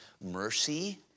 mercy